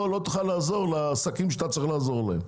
תוכל לעזור לעסקים שאתה צריך לעזור להם.